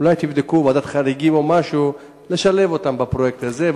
אולי תבדקו בוועדת חריגים או משהו את האפשרות לשלב אותם בפרויקט הזה.